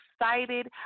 excited